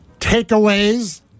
takeaways